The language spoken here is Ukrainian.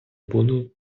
буду